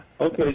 Okay